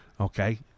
Okay